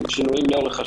עם שינויים לאורך השנים.